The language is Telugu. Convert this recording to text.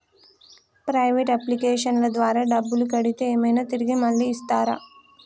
ప్రైవేట్ అప్లికేషన్ల ద్వారా డబ్బులు కడితే ఏమైనా తిరిగి మళ్ళీ ఇస్తరా?